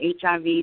HIV